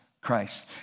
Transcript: Christ